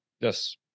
Yes